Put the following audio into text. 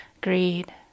Greed